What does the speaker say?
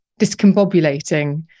discombobulating